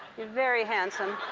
you're very handsome.